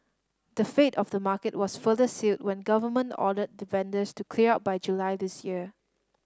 the fate of the market was further sealed when government ordered the vendors to clear out by July this year